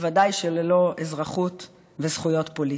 בוודאי שללא אזרחות וזכויות פוליטיות.